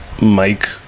Mike